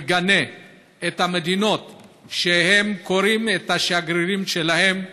מגנה את המדינות שקוראות לשגרירים שלהן,